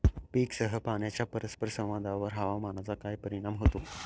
पीकसह पाण्याच्या परस्पर संवादावर हवामानाचा काय परिणाम होतो?